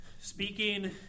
Speaking